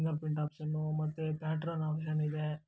finger print option ಮತ್ತೆ pattern option ಇದೆ